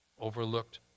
overlooked